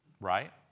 Right